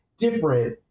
different